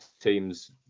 teams